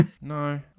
No